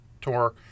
tour